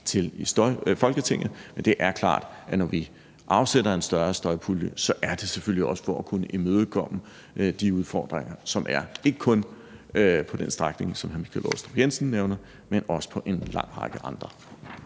til i Folketinget, men det er klart, at når vi afsætter en større støjpulje, er det selvfølgelig også for at kunne imødekomme de udfordringer, som der er, ikke kun på den strækning, som hr. Michael Aastrup Jensen nævner, men også på en lang række andre.